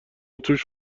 توش